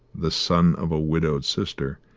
the son of a widowed sister,